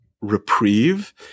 reprieve